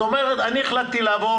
זאת אומרת, אני החלטתי לעבור